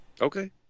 Okay